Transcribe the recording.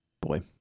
boy